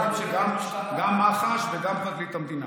גם מח"ש וגם פרקליט המדינה.